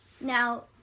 now